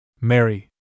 Mary